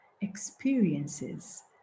experiences